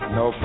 no